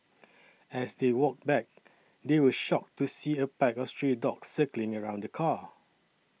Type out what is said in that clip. as they walked back they were shocked to see a pack of stray dogs circling around the car